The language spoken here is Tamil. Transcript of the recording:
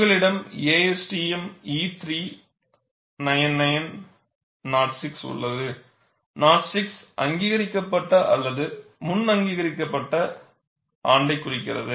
உங்களிடம் ASTM E399 06 உள்ளது 06 அது அங்கீகரிக்கப்பட்ட அல்லது முன் அங்கீகரிக்கப்பட்ட ஆண்டைக் குறிக்கிறது